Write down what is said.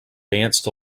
danced